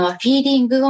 feeling